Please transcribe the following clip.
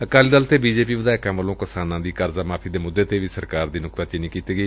ਅਕਾਲੀ ਦਲ ਤੇ B J P ਵਿਧਾਇਕਾਂ ਵੱਲੋਂ ਕਿਸਾਨਾਂ ਦੀ ਕਰਜ਼ਾ ਮਾਫ਼ੀ ਦੇ ਮੁੱਦੇ ਤੇ ਵੀ ਸਰਕਾਰ ਦੀ ਨੁਕਤਾਚੀਨੀ ਕੀਤੀ ਗਈ